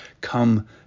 come